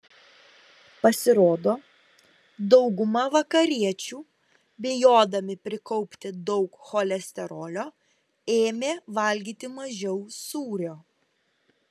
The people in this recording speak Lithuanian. pasirodo dauguma vakariečių bijodami prikaupti daug cholesterolio ėmė valgyti mažiau sūrio